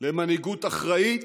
למנהיגות אחראית,